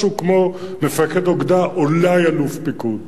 משהו כמו מפקד אוגדה ואולי אלוף פיקוד.